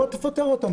בוא תפטר אותם,